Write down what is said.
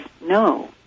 No